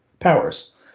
powers